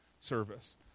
service